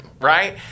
right